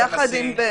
סעיף (ב),